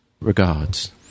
Regards